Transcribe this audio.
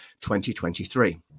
2023